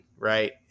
Right